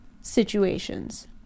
situations